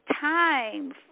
time